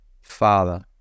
Father